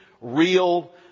real